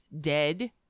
dead